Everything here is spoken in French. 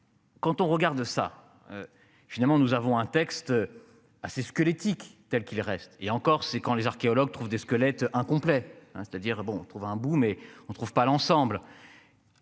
Quand on regarde ça. Finalement, nous avons un texte. Ah c'est ce que l'éthique tels qu'il reste et encore c'est quand les archéologues trouvent des squelettes incomplets hein c'est-à-dire bon on trouve un bout mais on ne trouve pas l'ensemble.